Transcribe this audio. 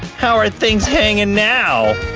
how are things hanging and now?